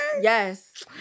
Yes